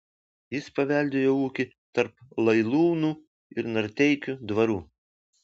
jis paveldėjo ūkį tarp lailūnų ir narteikių dvarų